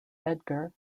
edgar